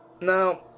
Now